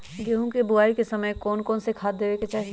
गेंहू के बोआई के समय कौन कौन से खाद देवे के चाही?